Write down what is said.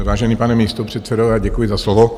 Vážený pane místopředsedo, děkuji za slovo.